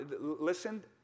listen